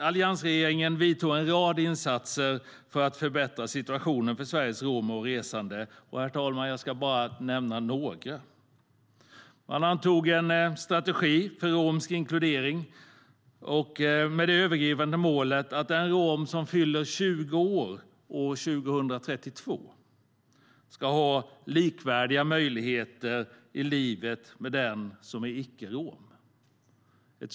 Alliansregeringen vidtog en rad insatser för att förbättra situationen för Sveriges romer och resande. Jag ska bara nämna några, herr talman: Man antog en strategi för romsk inkludering med det övergripande målet att den rom som fyller 20 år 2032 ska ha likvärdiga möjligheter i livet som den som är icke-rom.